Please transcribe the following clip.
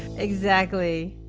exactly